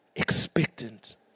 Expectant